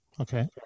Okay